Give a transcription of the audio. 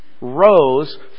rose